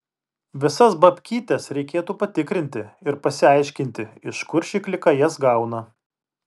visas babkytes reikėtų patikrinti ir pasiaiškinti iš kur ši klika jas gauna